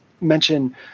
mention